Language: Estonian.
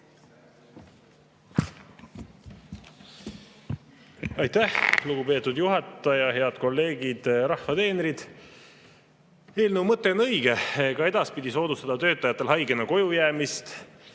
Aitäh, lugupeetud juhataja! Head kolleegid, rahva teenrid! Eelnõu mõte on õige: ka edaspidi tuleb soodustada töötajatel haigena kojujäämist.